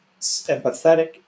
empathetic